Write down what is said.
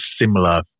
similar